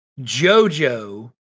JoJo